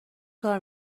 کار